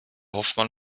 hoffmann